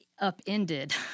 upended